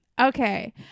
Okay